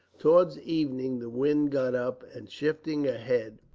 towards evening the wind got up, and shifting ahead,